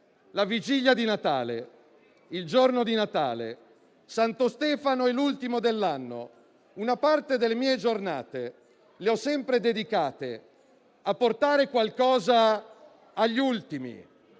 la vigilia di Natale, il giorno di Natale, Santo Stefano e l'ultimo dell'anno, una parte delle mie giornate l'ho sempre dedicata a portare qualcosa agli ultimi